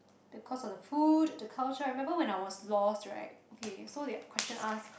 the cost of the food and the culture I remember when I was lost right okay so the question ask